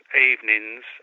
evenings